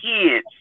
kids